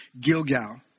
Gilgal